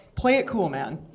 play it cool, man.